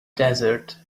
desert